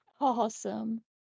Awesome